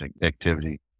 activity